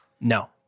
No